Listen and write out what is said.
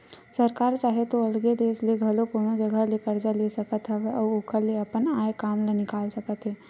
सरकार चाहे तो अलगे देस ले घलो कोनो जघा ले करजा ले सकत हवय अउ ओखर ले अपन आय काम ल निकाल सकत हे